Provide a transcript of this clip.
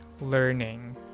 learning